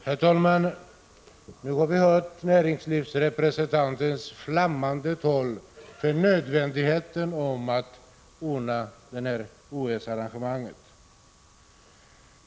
Herr talman! Nu har vi hört näringslivsrepresentantens flammande tal för nödvändigheten av att ordna det här OS-arrangemanget.